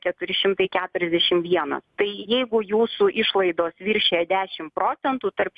keturi šimtai keturiasdešim vienas tai jeigu jūsų išlaidos viršija dešim procentų tarp